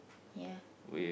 with